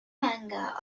manga